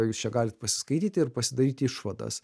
jūs čia galit pasiskaityti ir pasidaryti išvadas